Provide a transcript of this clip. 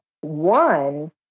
one